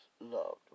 loved